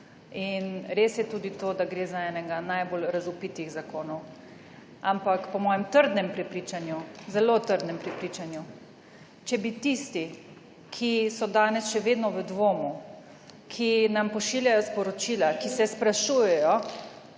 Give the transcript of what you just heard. In res je tudi to, da gre za enega najbolj razvpitih zakonov. Ampak po mojem trdnem prepričanju, zelo trdnem prepričanju, če bi tisti, ki so danes še vedno v dvomu, ki nam pošiljajo sporočila, ki se sprašujejo,